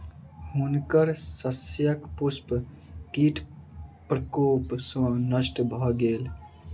हुनकर शस्यक पुष्प कीट प्रकोप सॅ नष्ट भ गेल